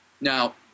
Now